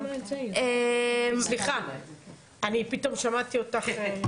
סליחה, אני פתאום שמעתי אותך.